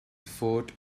fort